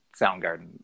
Soundgarden